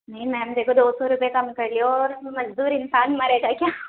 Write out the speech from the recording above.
نہیں میم دیکھو دو سو روپئے کم کر لیے اور مزدور انسان مرے گا کیا